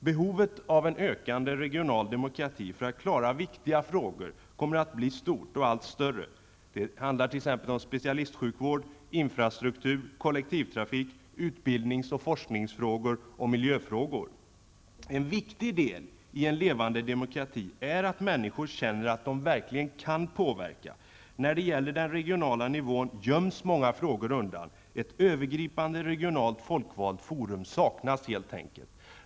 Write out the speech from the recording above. Behovet av en ökande regional demokrati för att klara viktiga frågor kommer att bli stort -- som t.ex. specialistsjukvård, infrastruktur, kollektivtrafik, utbildnings och forskningsfrågor och miljöfrågor. En viktig del i en levande demokrati är att människor känner att de verkligen kan påverka. När det gäller den regionala nivån ''göms många frågor undan'' -- ett övergripande regionalt folkvalt forum saknas helt enkelt.